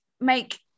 make